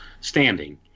standing